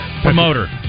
Promoter